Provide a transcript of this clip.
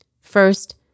First